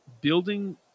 building